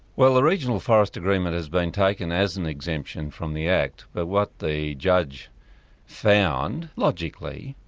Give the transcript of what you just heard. well the regional forest agreement has been taken as an exemption from the act, but what the judge found, logically,